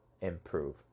improve